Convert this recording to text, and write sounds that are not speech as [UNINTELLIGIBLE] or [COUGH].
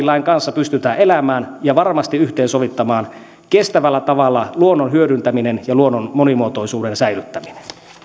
[UNINTELLIGIBLE] lain kanssa pystytään elämään ja varmasti yhteensovittamaan kestävällä tavalla luonnon hyödyntäminen ja luonnon monimuotoisuuden säilyttäminen